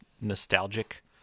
nostalgic